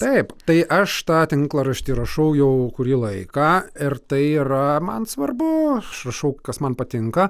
taip tai aš tą tinklaraštį rašau jau kurį laiką ir tai yra man svarbu aš rašau kas man patinka